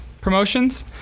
promotions